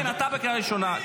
כן, אתה בקריאה ראשונה.